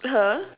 !huh!